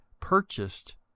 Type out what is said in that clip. purchased